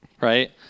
right